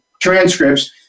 transcripts